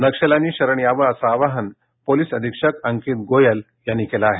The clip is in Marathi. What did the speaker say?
नक्षल्यांनी शरण यावं असं आवाहन पोलिस अधीक्षक अंकित गोयल यांनी केलं आहे